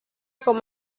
com